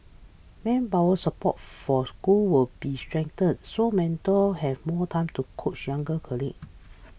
manpower support for schools will be strengthened so mentors have more time to coach younger colleagues